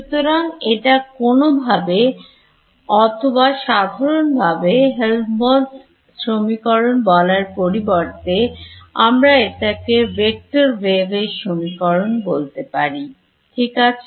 সুতরাং এটা কোন ভাবে অথবা সাধারণভাবে Helmholtz সমীকরণ বলার পরিবর্তে আমরা এটাকে Vector Wave এর সমীকরণ বলতে পারি ঠিক আছে